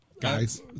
Guys